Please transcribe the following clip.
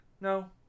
no